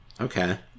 Okay